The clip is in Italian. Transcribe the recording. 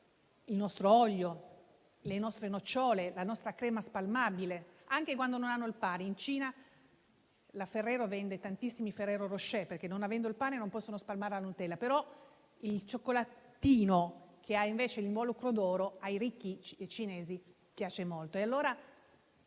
il nostro olio, le nostre nocciole, la nostra crema spalmabile, anche quando non hanno il pane. In Cina la Ferrero vende tantissimi Ferrero Rocher, perché non avendo il pane non possono spalmare la Nutella, ma il cioccolatino che ha l'involucro dorato ai ricchi cinesi piace molto. Perché,